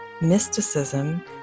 mysticism